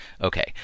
Okay